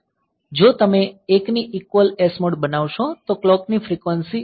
જો તમે 1 ની ઈકવલ SMOD બનાવશો તો ક્લોક ની ફ્રિક્વન્સી વધુ હશે